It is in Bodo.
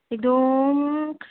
एकदम